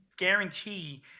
Guarantee